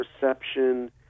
perception